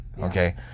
okay